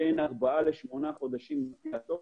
שתהיה בין 4 ל-8 חודשים, לפי הצורך,